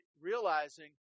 realizing